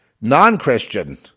non-Christian